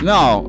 Now